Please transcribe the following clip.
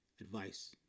advice